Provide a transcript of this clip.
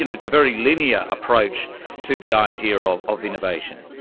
it's a very linear approach to the idea of of innovation.